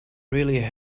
really